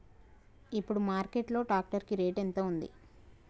ఇప్పుడు మార్కెట్ లో ట్రాక్టర్ కి రేటు ఎంత ఉంది?